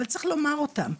אבל צריך לומר אותם.